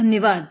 धन्यवाद